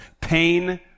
Pain